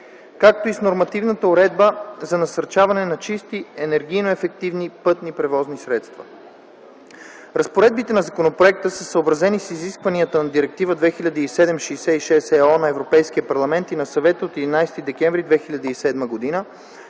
както и с нормативната уредба за насърчаване на чисти и енергийно ефективни пътни превозни средства. ІІ. Разпоредбите на законопроекта са съобразени с изискванията на Директива 2007/66/ ЕО на Европейския парламент и на Съвета от 11 декември 2007 г. за